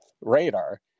radar